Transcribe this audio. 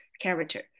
character